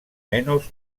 menos